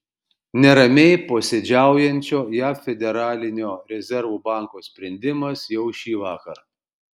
neramiai posėdžiaujančio jav federalinio rezervų banko sprendimas jau šįvakar